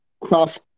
cross